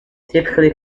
typically